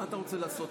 מה אתה רוצה לעשות?